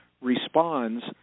responds